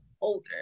older